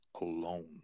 alone